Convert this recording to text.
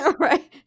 Right